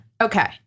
Okay